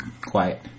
Quiet